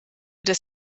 des